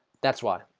that's why